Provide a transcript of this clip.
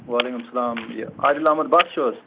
وَعلیکُم اَسَلام یہِ عأدل أحمد بَٹ چھِو حظ